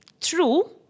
true